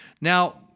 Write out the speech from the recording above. Now